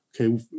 okay